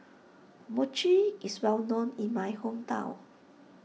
Mochi is well known in my hometown